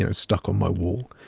and stuck on my wall.